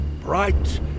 bright